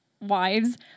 wives